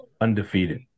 undefeated